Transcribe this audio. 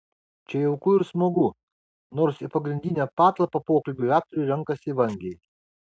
čia jauku ir smagu nors į pagrindinę patalpą pokalbiui aktoriai renkasi vangiai